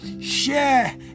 share